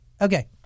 Okay